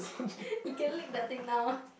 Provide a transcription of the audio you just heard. you can lick the thing now